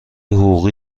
حقوقی